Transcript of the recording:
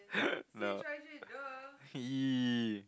no !ee!